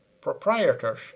Proprietors